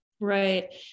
Right